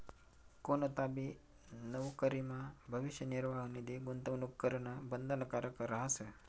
कोणताबी नवकरीमा भविष्य निर्वाह निधी गूंतवणूक करणं बंधनकारक रहास